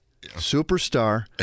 Superstar